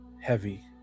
heavy